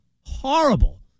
horrible